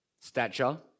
stature